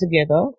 together